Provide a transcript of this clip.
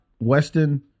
Weston